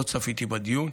לא צפיתי בדיון.